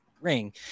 ring